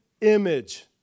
image